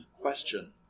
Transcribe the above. question